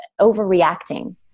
overreacting